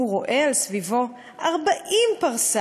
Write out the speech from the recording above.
/ הוא רואה על סביבו 40 פרסה: